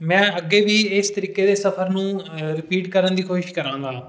ਮੈਂ ਅੱਗੇ ਵੀ ਇਸ ਤਰੀਕੇ ਦੇ ਸਫਰ ਨੂੰ ਰਿਪੀਟ ਕਰਨ ਦੀ ਕੋਸ਼ਿਸ਼ ਕਰਾਂਗਾ